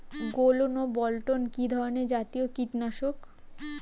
গোলন ও বলটন কি ধরনে জাতীয় কীটনাশক?